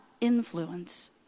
influence